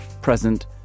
present